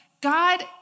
God